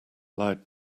loud